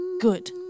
Good